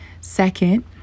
Second